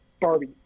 Barbie